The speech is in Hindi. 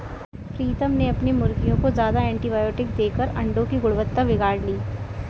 प्रीतम ने अपने मुर्गियों को ज्यादा एंटीबायोटिक देकर अंडो की गुणवत्ता बिगाड़ ली